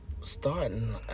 starting